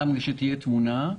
כדי שתהיה תמונה: